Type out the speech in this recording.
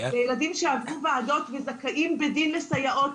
לילדים שעברו ועדות וזכאים בדין לסייעות,